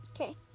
okay